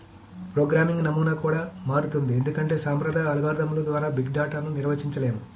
కాబట్టి ప్రోగ్రామింగ్ నమూనా కూడా మారుతుంది ఎందుకంటే సాంప్రదాయ అల్గోరిథంల ద్వారా బిగ్ డేటా ను నిర్వహించలేము